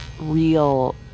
real